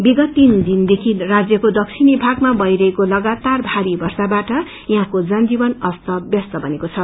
विगत तीन दिनदेखि राज्यको दक्षिणी भागमा भइरहेको लगातार भारी वर्षाबाट यहाँको जनजीवन अस्त व्यस्त बनेको छ